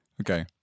Okay